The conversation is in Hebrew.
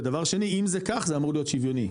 ודבר שני אם זה כך זה אמור להיות שוויוני,